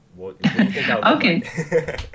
Okay